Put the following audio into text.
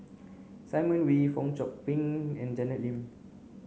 Simon Wee Fong Chong Pik and Janet Lim